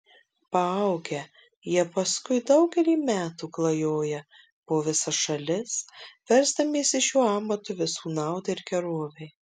paaugę jie paskui daugelį metų klajoja po visas šalis versdamiesi šiuo amatu visų naudai ir gerovei